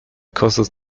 causes